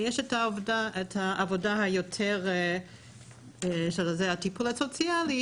ויש את העבודה של הטיפול הסוציאלי,